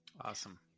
Awesome